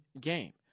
game